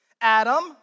Adam